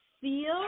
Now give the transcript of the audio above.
feel